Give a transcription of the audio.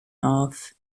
auf